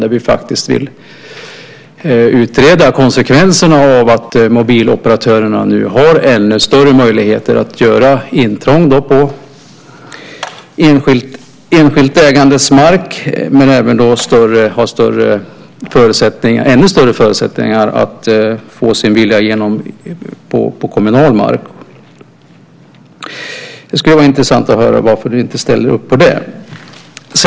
Där vill vi utreda konsekvenserna av att mobiloperatörerna har ännu större möjligheter att göra intrång på enskilt ägd mark men även har ännu större förutsättningar att få sin vilja igenom när det gäller kommunal mark. Det skulle vara intressant att höra varför du inte ställer upp på det.